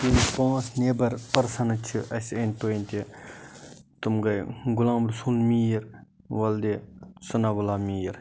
یِم پانٛژھ neighbour persons چھِ اَسہِ أنٛدۍ پٔتہِ تِم گٔے غلام رسول میٖر وَلدِ ثنا اللہ میٖر